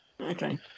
Okay